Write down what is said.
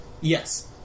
Yes